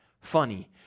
funny